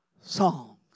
songs